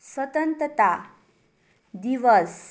स्वतन्त्रता दिवस